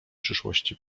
przyszłości